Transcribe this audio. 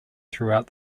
throughout